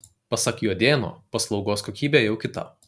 pasak juodėno paslaugos kokybė jau kita